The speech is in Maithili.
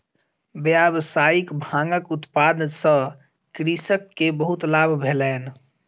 व्यावसायिक भांगक उत्पादन सॅ कृषक के बहुत लाभ भेलैन